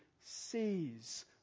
sees